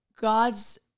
God's